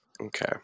okay